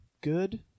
Good